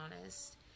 honest